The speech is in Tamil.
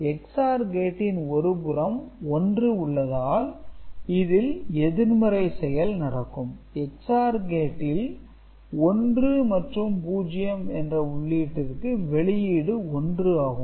XOR கேட்டின் ஒருபுறம் 1 உள்ளதால் இதில் எதிர்மறை செயல் நடக்கும் XOR gate கேட்டில் 1 மற்றும் 0 என்ற உள்ளீட்டிற்கு வெளியீடு 1 ஆகும்